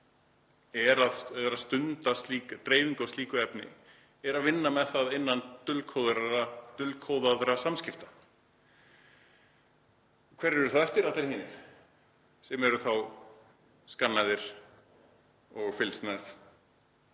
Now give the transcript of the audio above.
er að stunda dreifingu á slíku efni er að vinna með það innan dulkóðaðra samskipta. Hverjir eru þá eftir? Allir hinir sem eru þá skannaðir og fylgst